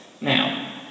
Now